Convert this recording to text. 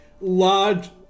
large